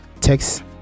text